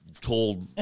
told